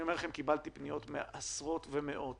אני אומר לכם, קיבלתי פניות מעשרות ומאות